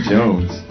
Jones